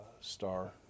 star